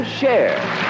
share